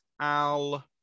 al